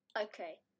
Okay